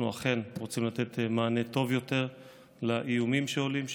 אנחנו אכן רוצים לתת מענה טוב יותר על האיומים שעולים שם.